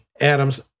Adams